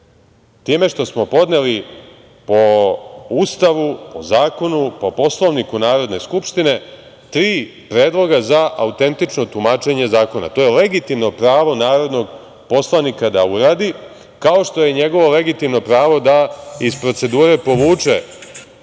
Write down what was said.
time što smo podneli, po Ustavu, po zakonu, po Poslovniku Narodne skupštine, tri predloga za autentično tumačenje zakona? To je legitimno pravo narodnog poslanika da uradi, kao što je njegovo legitimno pravo da iz procedure povuče,